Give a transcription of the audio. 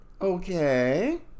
okay